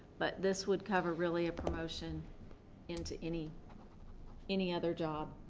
but this would cover really a promotion into any any other job.